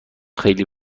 خیلی